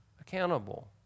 accountable